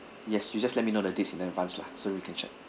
yes you just let me know the dates in advance lah so we can check